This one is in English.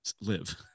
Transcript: live